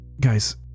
Guys